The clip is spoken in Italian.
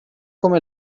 come